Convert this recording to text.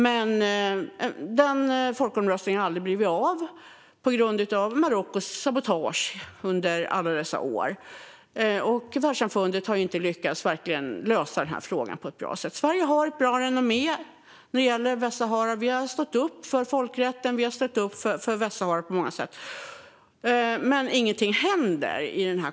Men folkomröstningen har aldrig blivit av, på grund av Marockos sabotage under alla dessa år. Världssamfundet har inte lyckats lösa den frågan på ett bra sätt. Sverige har ett gott renommé när det gäller Västsahara. Vi har stått upp för folkrätten och för Västsahara på många sätt. Men ingenting händer.